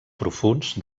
profunds